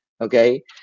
okay